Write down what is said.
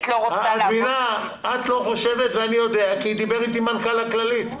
כי דיבר איתי מנכ"ל הכללית.